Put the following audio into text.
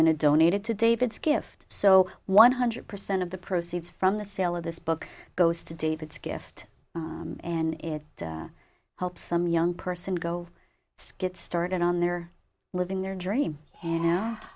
going to donate it to david's gift so one hundred percent of the proceeds from the sale of this book goes to david's gift and it helps some young person go get started on their living their dream